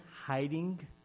hiding